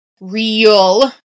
real